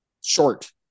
short